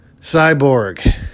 cyborg